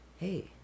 Hey